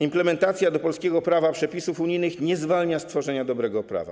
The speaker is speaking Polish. Implementacja do polskiego prawa przepisów unijnych nie zwalnia z tworzenia dobrego prawa.